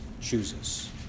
chooses